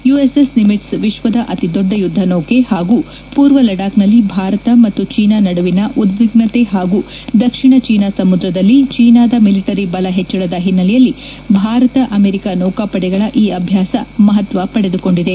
you S S Nimitz ವಿಶ್ವದ ಅತಿ ದೊಡ್ಡ ಯುದ್ದ ನೌಕೆ ಹಾಗೂ ಪೂರ್ವ ಲಡಾಕ್ನಲ್ಲಿ ಭಾರತ ಮತ್ತು ಚೀನಾ ನಡುವಿನ ಉದ್ವಿಗ್ತತೆ ಹಾಗೂ ದಕ್ಷಿಣ ಚೀನಾ ಸಮುದ್ರದಲ್ಲಿ ಚೀನಾದ ಮಿಲಿಟರಿ ಬಲ ಹೆಚ್ಚಳದ ಹಿನ್ನೆಲೆಯಲ್ಲಿ ಭಾರತ ಅಮೆರಿಕ ನೌಕಾ ಪಡೆಗಳ ಈ ಅಭ್ಯಾಸ ಮಹತ್ವ ಪಡೆದುಕೊಂಡಿದೆ